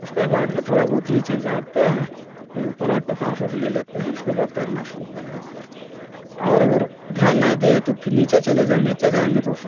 उसके बाद में थोड़ा बहुत नीचे जाते हैं फिर ऊपर आ कर साँस ओस ले लेते हैं उसके बाद तैरना शुरू कर देते हैं और अगर ध्यान नही दिए तो फिर नीचे चले जाएंगे नीचे जाएंगे तो सब